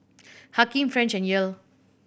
Hakim French and Yael